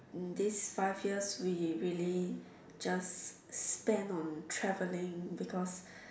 these five years we really just spent on traveling because